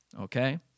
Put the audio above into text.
okay